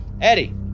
Eddie